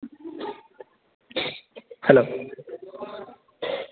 hello